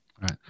Right